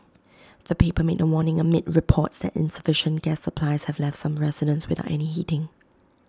the paper made the warning amid reports that insufficient gas supplies have left some residents without any heating